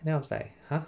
and then I was like !huh!